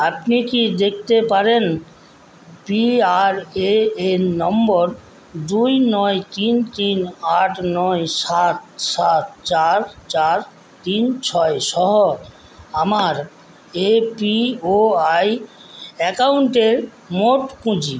আপনি কি দেখতে পারেন পিআরএএন নম্বর দুই নয় তিন তিন আট নয় সাত সাত চার চার তিন ছয় সহ আমার এপিওআই অ্যাকাউন্টের মোট পুঁজি